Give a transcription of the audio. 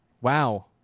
Wow